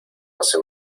hace